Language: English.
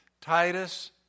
Titus